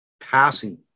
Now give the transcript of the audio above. passing